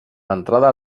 entrada